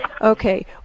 Okay